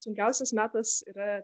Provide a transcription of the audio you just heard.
sunkiausias metas yra